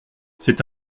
c’est